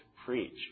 Preach